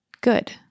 good